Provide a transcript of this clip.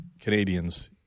Canadians